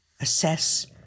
assess